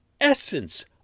essence